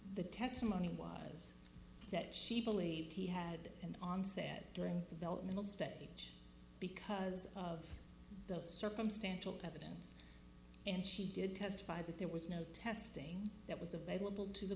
the testimony was that she believed he had an onset during development stage because of the circumstantial evidence and she did testify that there was no testing that was available to the